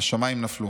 "השמיים נפלו,